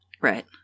right